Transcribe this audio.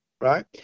Right